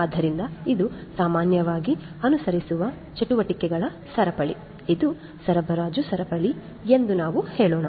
ಆದ್ದರಿಂದ ಇದು ಸಾಮಾನ್ಯವಾಗಿ ಅನುಸರಿಸುವ ಚಟುವಟಿಕೆಗಳ ಸರಪಳಿ ಇದು ಸರಬರಾಜು ಸರಪಳಿ ಎಂದು ನಾವು ಹೇಳೋಣ